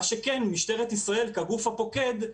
מה שכן, משטרת ישראל כגוף הפוקד,